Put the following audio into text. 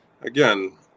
again